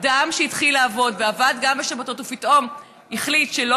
אדם שהתחיל לעבוד ועבד גם בשבתות ופתאום החליט שלא